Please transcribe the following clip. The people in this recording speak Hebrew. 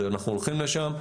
אנחנו הולכים לשם.